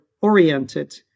oriented